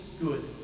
good